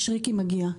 מישרקי מגיע,